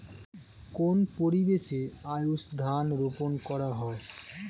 কোন পরিবেশে আউশ ধান রোপন করা হয়?